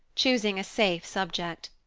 choosing a safe subject.